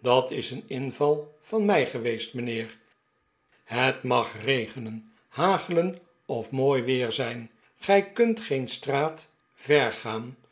dat is een inval van mij geweest mijnheer het mag regenen hagelen of mooi weer zijn gij kunt geen straat